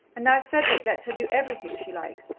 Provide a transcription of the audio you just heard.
and now cedric lets her do everything she likes.